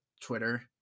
Twitter